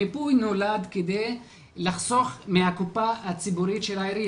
המיפוי נולד כדי לחסוך מהקופה הציבורית של העירייה.